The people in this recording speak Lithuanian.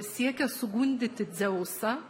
siekia sugundyti dzeusą